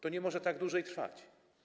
To nie może tak dłużej trwać.